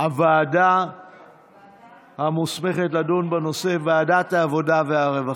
הוועדה המוסמכת לדון בנושא היא ועדת העבודה והרווחה.